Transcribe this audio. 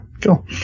Cool